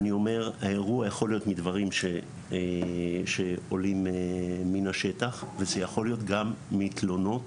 האירוע יכול להיות מדברים שיש שעולים מן השטח וזה יכול להיות גם מתלונות